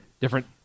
different